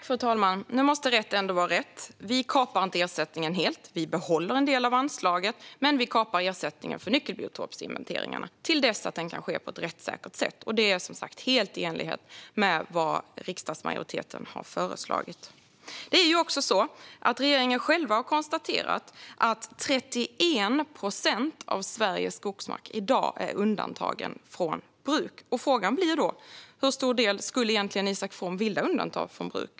Fru talman! Nu måste rätt ändå få vara rätt: Vi kapar inte ersättningen helt, utan vi behåller en del av anslaget. Vi kapar dock ersättningen för nyckelbiotopsinventeringarna till dess att de kan ske på ett rättssäkert sätt. Det är som sagt helt i enlighet med vad riksdagsmajoriteten har föreslagit. Det är också så att regeringen själv har konstaterat att 31 procent av Sveriges skogsmark i dag är undantagen från bruk. Frågan blir då hur stor del Isak From egentligen skulle vilja undanta från bruk.